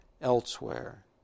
elsewhere